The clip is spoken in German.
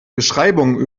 beschreibungen